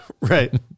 right